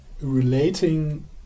relating